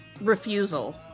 refusal